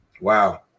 Wow